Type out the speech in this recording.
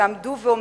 שעמדו ועומדים,